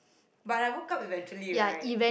but I woke up eventually right